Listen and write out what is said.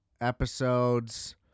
episodes